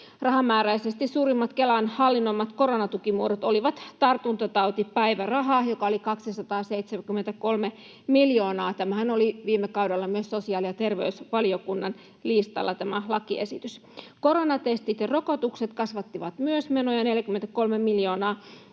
Rahamääräisesti suurimmat Kelan hallinnoimat koronatukimuodot olivat tartuntatautipäiväraha, joka oli 273 miljoonaa — tämä lakiesityshän oli viime kaudella myös sosiaali- ja terveysvaliokunnan listalla —, koronatestit ja ‑rokotukset, jotka myös kasvattivat menoja, 43 miljoonaa,